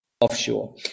offshore